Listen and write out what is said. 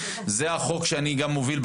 זה החוק שאני גם מוביל בכנסת.